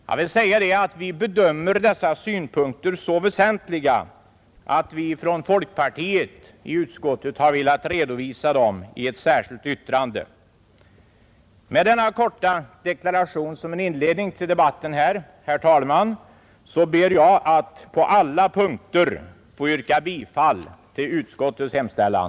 Jag vill säga att vi bedömer dessa synpunkter så väsentliga att vi från folkpartiet i utskottet har velat redovisa dem i ett särskilt yttrande. Med denna korta deklaration som en inledning till debatten ber jag, herr talman, att på alla punkter få yrka bifall till utskottets hemställan.